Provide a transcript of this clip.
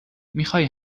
میخای